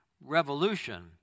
Revolution